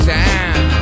time